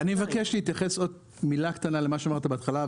אני אבקש להתייחס לעוד מילה קטנה למה שאמרת בהתחלה,